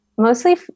mostly